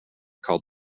called